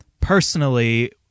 personally